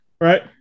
right